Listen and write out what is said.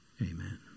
Amen